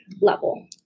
level